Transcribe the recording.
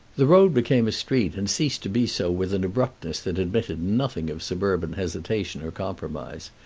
the road became a street and ceased to be so with an abruptness that admitted nothing of suburban hesitation or compromise,